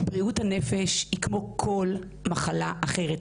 בריאות הנפש היא כמו כל מחלה אחרת.